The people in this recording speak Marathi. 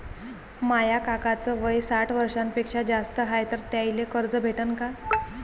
माया काकाच वय साठ वर्षांपेक्षा जास्त हाय तर त्याइले कर्ज भेटन का?